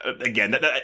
again